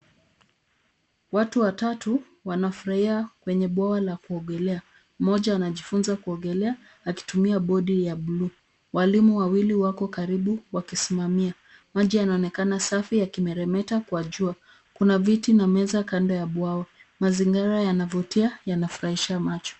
Watu watatu wanafurahia kwenye bwawa la kuogelea. Mmoja anajifunza kuogelea akitumia bodi ya bluu. Walimu wawili wako karibu wakisimamia. Maji yanaonekana safi yakimeremeta kwa jua. Kuna viti na meza kando ya bwawa. Mazingira yanavutia, yanafurahisha macho.